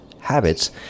habits